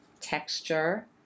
texture